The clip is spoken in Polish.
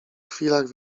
chwilach